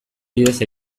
bidez